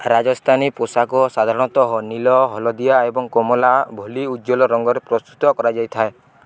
ରାଜସ୍ଥାନୀ ପୋଷାକ ସାଧାରଣତଃ ନୀଳ ହଳଦିଆ ଏବଂ କମଳା ଭଳି ଉଜ୍ଜ୍ୱଳ ରଙ୍ଗରେ ପ୍ରସ୍ତୁତ କରାଯାଇଥାଏ